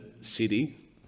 city